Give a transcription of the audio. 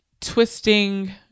twisting